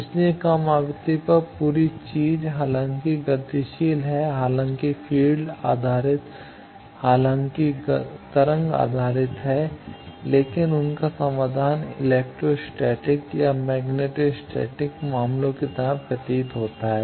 इसलिए कम आवृत्ति पर पूरी चीज हालांकि गतिशील है हालांकि फील्ड आधारित हालांकि तरंग आधारित है लेकिन उनका समाधान इलेक्ट्रो स्टैटिक या मैग्नेटो स्टैटिक मामलों की तरह प्रतीत होता है